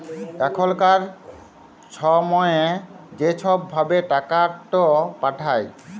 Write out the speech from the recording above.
এখলকার ছময়ে য ছব ভাবে টাকাট পাঠায়